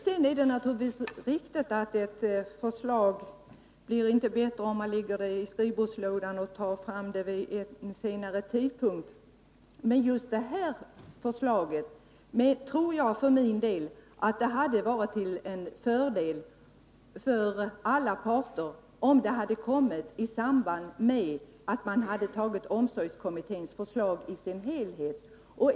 Sedan är det naturligtvis riktigt att ett förslag inte blir bättre om man lägger det i skrivbordslådan och tar fram det vid en senare tidpunkt. Men just i fråga om det här förslaget tror jag för min del att det hade varit till fördel för alla parter, om det hade kommit upp i samband med att man hade behandlat omsorgskommitténs förslag i dess helhet.